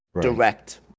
direct